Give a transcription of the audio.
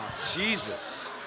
jesus